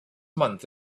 month